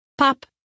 Pop